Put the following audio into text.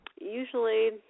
usually